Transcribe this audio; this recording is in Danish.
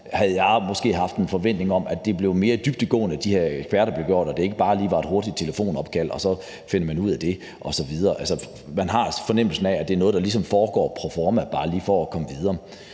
havde jeg måske haft en forventning om, at de her eksperters arbejde blev mere dybdegående, og at det ikke bare lige var et hurtigt telefonopkald, og så finder man ud af det osv. Man har fornemmelsen af, at det er noget, der ligesom foregår proforma bare lige for at komme videre.